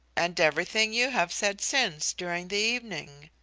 and everything you have said since during the evening.